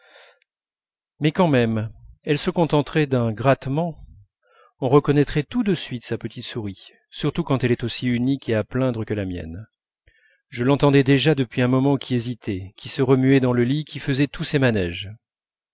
mais quand même elle se contenterait d'un grattement on reconnaîtrait tout de suite sa petite souris surtout quand elle est aussi unique et à plaindre que la mienne je l'entendais déjà depuis un moment qui hésitait qui se remuait dans le lit qui faisait tous ses manèges